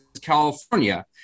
California